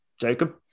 Jacob